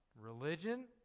religion